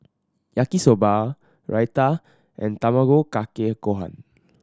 Yaki Soba Raita and Tamago Kake Gohan